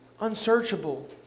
Unsearchable